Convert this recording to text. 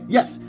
Yes